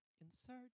insert